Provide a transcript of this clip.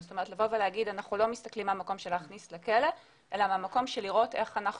זאת אומרת לא להגיד שמסתכלים מהמקום של להכניס לכלא אלא ממקום של שיקום.